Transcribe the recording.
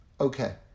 Okay